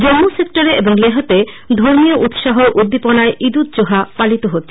জম্মু সেক্টরে এবং লেহ তে ও ধর্মীয় উৎসাহ ও উদ্দীপনায় ইদ উদ জোহা পালিত হচ্ছে